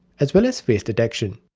as well as face detection.